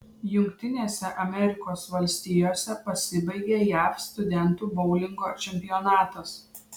jungtinėse amerikos valstijose pasibaigė jav studentų boulingo čempionatas